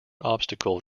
obstacle